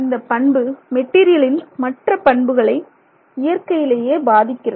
இந்தப் பண்பு மெட்டீரியலின் மற்ற பண்புகளை இயற்கையிலேயே பாதிக்கிறது